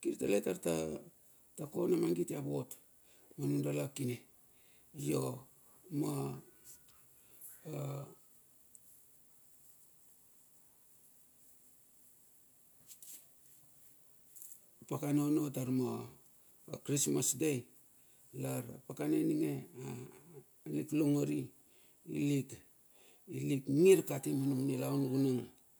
Kiri tale tar ta kona mangit ia vot manudala kine, io ma pakana ono tar ma krismas day lar, ma pakana ininge alik longori ilik ngir kati manum nilaun.